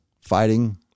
fighting